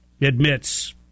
admits